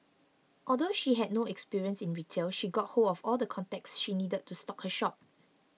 although she had no experience in retail she got hold of all the contacts she needed to stock her shop